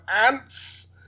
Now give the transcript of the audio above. ants